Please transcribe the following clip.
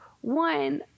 one